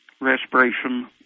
respiration